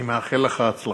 אני מאחל לך הצלחה.